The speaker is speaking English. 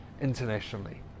internationally